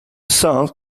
sons